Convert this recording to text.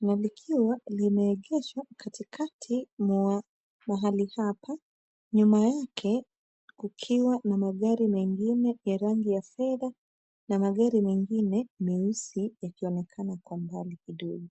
na likiwa limeegeshwa katikati mwa mahali hapa. Nyuma yake kukiwa na magari mengine ya rangi ya fedha na magari mengine meusi yakionekana kwa mbali kidogo.